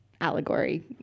allegory